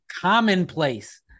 commonplace